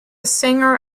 singer